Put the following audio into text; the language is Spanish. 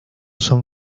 son